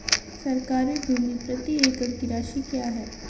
सरकारी भूमि प्रति एकड़ की राशि क्या है?